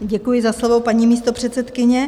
Děkuji za slovo, paní místopředsedkyně.